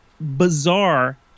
bizarre